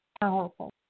powerful